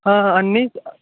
అన్నీ